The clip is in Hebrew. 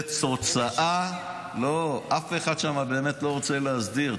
זו תוצאה, לא, אף אחד שם לא באמת רוצה להסדיר.